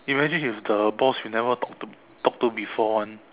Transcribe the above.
imagine he's the boss you never talk to talk to before [one]